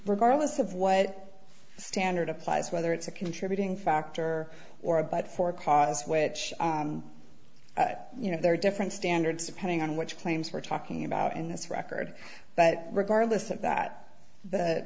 regardless of what standard applies whether it's a contributing factor or a but for cause which you know there are different standards depending on which claims we're talking about in this record but regardless of that the